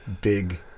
big